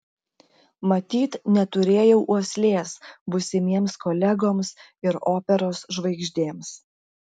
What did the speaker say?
matyt neturėjau uoslės būsimiems kolegoms ir operos žvaigždėms